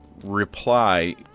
Reply